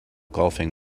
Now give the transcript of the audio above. golfing